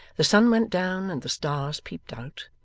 the sun went down and the stars peeped out,